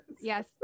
Yes